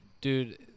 Dude